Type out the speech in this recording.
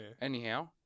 Anyhow